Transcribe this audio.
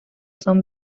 son